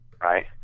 Right